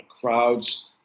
crowds